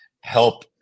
help